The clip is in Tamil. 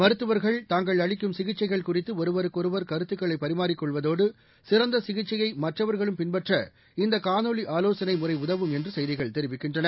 மருத்துவர்கள் தாங்கள் அளிக்கும் சிகிச்சைகள் குறித்துஒருவருக்கொருவர் கருத்துக்களைபரிமாறிக் கொள்வதோடுசிறந்தசிகிச்சையைமற்றவர்களும் பின்பற்ற இந்தகாணொலிஆவோசனைமுறைஉதவும் என்றுசெய்திகள் தெரிவிக்கின்றன